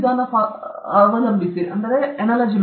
ನಾವು ಸಾದೃಶ್ಯ ವಿಧಾನವನ್ನು ಬಳಸುತ್ತೇವೆ